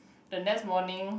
the next morning